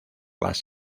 las